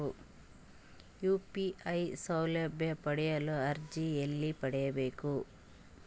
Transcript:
UPI ಸೌಲಭ್ಯ ಪಡೆಯಲು ಅರ್ಜಿ ಎಲ್ಲಿ ಪಡಿಬೇಕು?